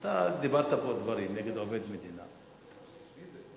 אתה דיברת פה דברים נגד עובד מדינה, על מי?